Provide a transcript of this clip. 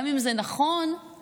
גם אם זה נכון ספציפית,